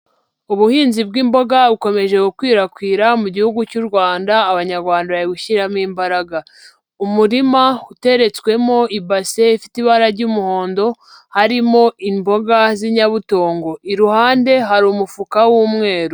Ubuhinzi bw'imboga bukomeje gukwirakwira mu Gihugu cy'u Rwanda, Abanyarwanda bari gushyiramo imbaraga. Umurima uteretswemo ibase ifite ibara ry'umuhondo, harimo imboga z'inyabutongo. Iruhande hari umufuka w'umweru.